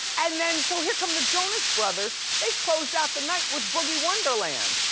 and then, so here come the jonas brothers. they closed out the night with boogie wonderland.